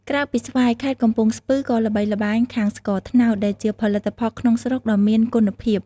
ក្រៅពីស្វាយ ខេត្តកំពង់ស្ពឺក៏ល្បីល្បាញខាងស្ករត្នោត ដែលជាផលិតផលក្នុងស្រុកដ៏មានគុណភាព។